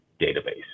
database